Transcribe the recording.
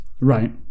Right